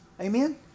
Amen